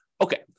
Okay